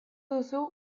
duzu